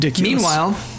meanwhile